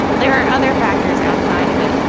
there are other factors outside of it.